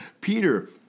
Peter